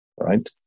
right